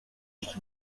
iść